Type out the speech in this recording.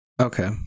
Okay